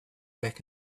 back